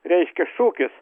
reiškia šūkis